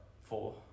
Four